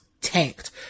tanked